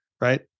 right